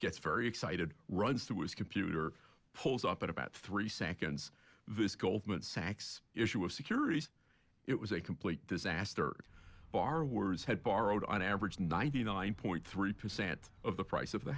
gets very excited runs through his computer pulls up at about three seconds this goldman sachs issue of securities it was a complete disaster bar words had borrowed on average ninety nine point three percent of the price of the